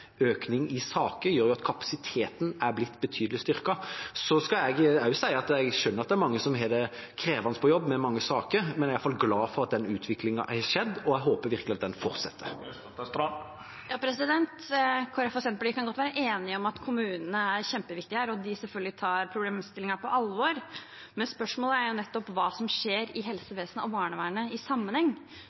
økning i antall saker, gjør at kapasiteten er blitt betydelig styrket. Så skal jeg også si at jeg skjønner at det er mange som har det krevende på jobb, med mange saker, men jeg er iallfall glad for den utviklingen som har skjedd, og jeg håper virkelig at den fortsetter. Kristelig Folkeparti og Senterpartiet kan godt være enige om at kommunene er kjempeviktige her, og at de selvfølgelig tar problemstillingen på alvor. Men spørsmålet er hva som skjer i helsevesenet og barnevernet i sammenheng.